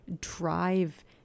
drive